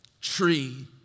tree